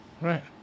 Right